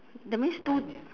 that means two